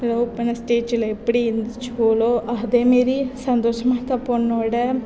love பண்ண ஸ்டேஜ்ஜில் எப்படி இருந்துச்சுவோலோ அதே மாரி சந்தோஷமாக பொண்ணோட